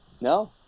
No